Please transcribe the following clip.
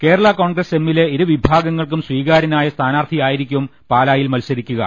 Kerala Congress എമ്മിലെ ഇരു വിഭാ ഗങ്ങൾക്കും സ്വീകാര്യനായ സ്ഥാനാർത്ഥിയായിരിക്കും പാലായിൽ മത്സരിക്കുക